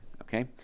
Okay